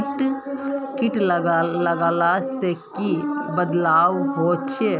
किट लगाले से की की बदलाव होचए?